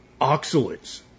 oxalates